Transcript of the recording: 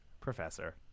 professor